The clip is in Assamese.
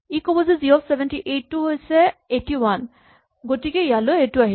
ই ক'ব যে জি অফ ৭৮ টো ৮১ গতিকে ইয়ালৈ এইটো আহিব